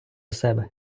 себе